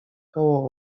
koło